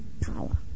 power